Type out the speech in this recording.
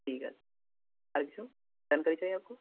ঠিক আছে আর কিছু জানকারি চাহিয়ে আপকো